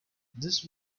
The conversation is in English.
this